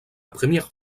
première